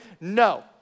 No